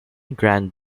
grand